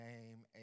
name